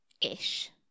Ish